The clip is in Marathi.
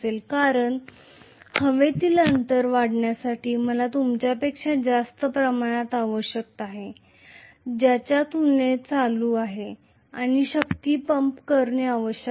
कारण हवेतील अंतर वाढवण्यासाठी लोह कोरच्या बाबतीत काय घडले असेल त्या तुलनेत मला जास्त प्रमाणात विद्युतप्रवाह आणि विद्युत् पंप आवश्यक आहे